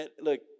look